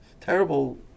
terrible